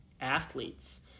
athletes